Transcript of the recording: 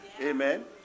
Amen